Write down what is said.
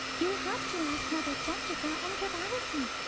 you'll have to ask mother chandrika and prabhavathi.